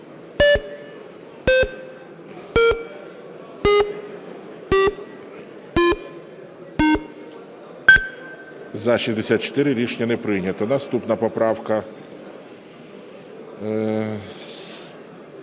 За-64 Рішення не прийнято. Наступна поправка